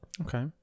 Okay